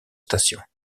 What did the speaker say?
stations